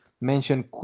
mention